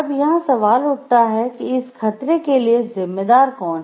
अब यहां सवाल उठता है कि इस खतरे के लिए जिम्मेदार कौन है